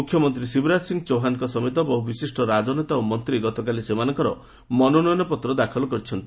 ମୁଖ୍ୟମନ୍ତ୍ରୀ ଶିବରାଜ ସିଂହ ଚୌହାନଙ୍କ ସମେତ ବହୁ ବିଶିଷ୍ଟ ରାଜନେତା ଓ ମନ୍ତ୍ରୀ ଗତକାଲି ସେମାନଙ୍କର ମନୋନୟନପତ୍ ଦାଖଲ କରିଛନ୍ତି